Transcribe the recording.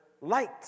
light